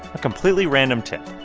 a completely random tip,